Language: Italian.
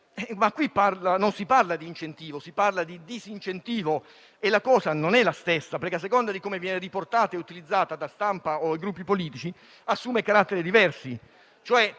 ma qui non si parla di incentivo, si parla di disincentivo. E la cosa non è la stessa, perché a seconda di come viene riportata e utilizzata da stampa o Gruppi politici, assume caratteri diversi.